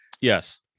Yes